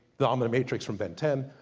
the omni-matrix from ben ten,